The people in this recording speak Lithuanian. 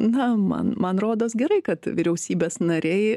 na man man rodos gerai kad vyriausybės nariai